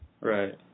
Right